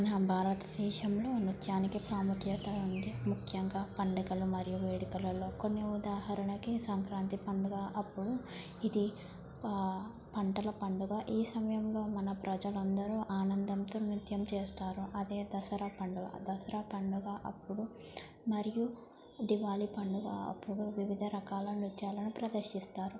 మన భారతదేశంలో నృత్యానికి ప్రాముఖ్యత ఉంది ముఖ్యంగా పండుగలు మరియు వేడుకలలో కొన్ని ఉదాహరణకి సంక్రాంతి పండుగ అప్పుడు ఇది పంటల పండుగ ఈ సమయంలో మన ప్రజలందరూ ఆనందంతో నృత్యం చేస్తారు అదే దసరా పండుగ దసరా పండుగ అప్పుడు మరియు దివాళి పండుగ అప్పుడు వివిధ రకాల నృత్యాలను ప్రదర్శిస్తారు